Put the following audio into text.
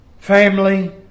Family